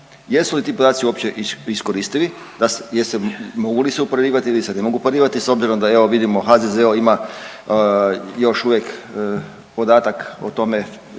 Jesu li ti podaci uopće iskoristiti, da se, jesu, mogu li se uparivati ili se ne mogu uparivati s obzirom da evo vidimo HZZO ima još uvijek podatak o tome,